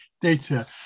data